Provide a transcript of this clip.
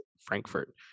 Frankfurt